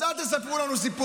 אז אל תספרו לנו סיפורים,